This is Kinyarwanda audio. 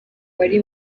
wari